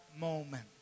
moment